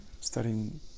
studying